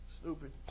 Stupid